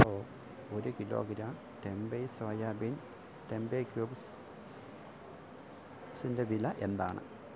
hello ഒരു kilogram tempeh soya bean tempeh cubes സിന്റെ വില എന്താണ്